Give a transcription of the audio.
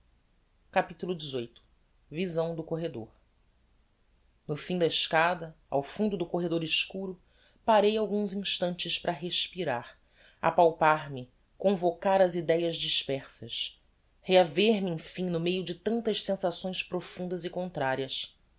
capitulo xviii visão do corredor no fim da escada ao fundo do corredor escuro parei alguns instantes para respirar apalpar me convocar as idéas dispersas rehaver me emfim no meio de tantas sensações profundas e contrarias